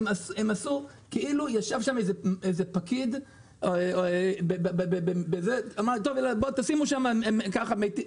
כאילו ישב שם פקיד ואמר תשימו שם ככה וככה מתים,